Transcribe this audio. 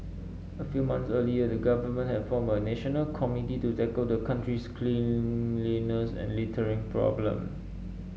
a few months earlier the Government had formed a national committee to tackle the country's cleanliness and littering problem